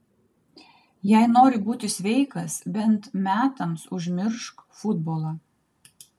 jei nori būti sveikas bent metams užmiršk futbolą